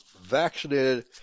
vaccinated